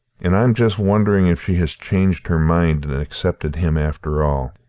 and i am just wondering if she has changed her mind and accepted him after all.